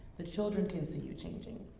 the children can see you changing.